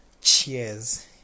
Cheers